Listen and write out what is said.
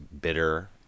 bitter